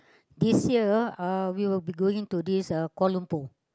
this year uh we will be going to this uh Kuala-Lumpur